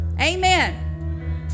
Amen